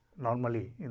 normally